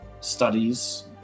Studies